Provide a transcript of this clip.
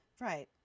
Right